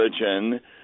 religion